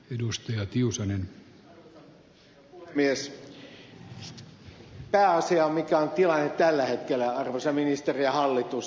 pääasia on mikä on tilanne tällä hetkellä arvoisa ministeri ja hallitus